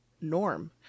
norm